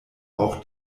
auch